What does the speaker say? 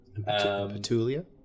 Petulia